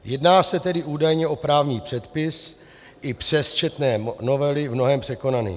Jedná se tedy údajně o právní předpis i přes četné novely v mnohém překonaný.